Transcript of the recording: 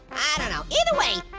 i don't know. either way,